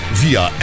via